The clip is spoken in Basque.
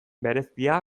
berezia